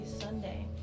Sunday